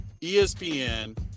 ESPN